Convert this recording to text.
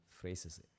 phrases